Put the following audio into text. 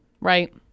Right